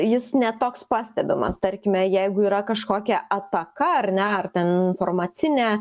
jis ne toks pastebimas tarkime jeigu yra kažkokia ataka ar ne ar ten informacinė